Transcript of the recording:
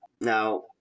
Now